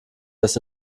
das